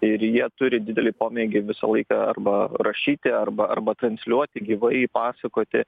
ir jie turi didelį pomėgį visą laiką arba rašyti arba arba transliuoti gyvai pasakoti